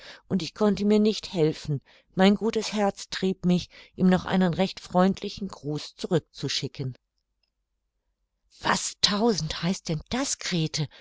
und ich konnte mir nicht helfen mein gutes herz trieb mich ihm noch einen recht freundlichen gruß zurück zu schicken was tausend heißt denn das grete